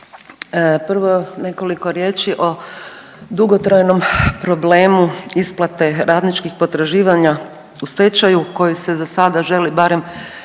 prvo nekoliko riječi o dugotrajnom problemu isplate radničkih potraživanja u stečaju koji se za sada želi barem